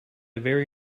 very